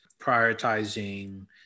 prioritizing